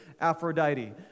Aphrodite